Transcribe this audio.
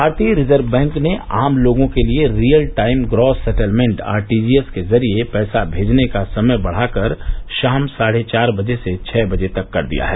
भारतीय reserve bank ने आम लोगों के लिए real time gross settlement RTGS के जरिए पैसा भेजने का समय बढ़ाकर शाम साढ़े चार बजे से छह बजे तक कर दिया है